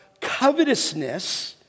covetousness